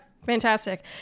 Fantastic